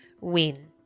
win